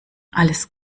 alles